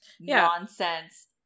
nonsense